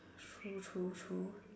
true true true